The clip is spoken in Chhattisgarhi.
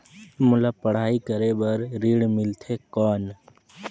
मोला पढ़ाई करे बर ऋण मिलथे कौन?